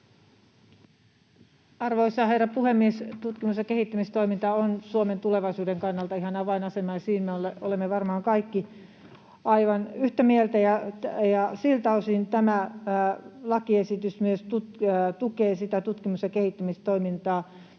Arvoisa herra puhemies! Tutkimus- ja kehittämistoiminta on Suomen tulevaisuuden kannalta ihan avainasemassa, ja siitä olemme varmaan kaikki aivan yhtä mieltä. Siltä osin myös tämä lakiesitys tukee sitä tutkimus- ja kehittämistoimintaa,